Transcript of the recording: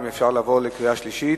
האם אפשר לעבור לקריאה שלישית?